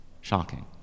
shocking